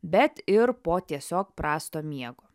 bet ir po tiesiog prasto miego